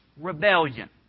rebellion